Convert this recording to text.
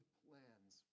plans